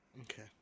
Okay